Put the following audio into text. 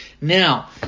Now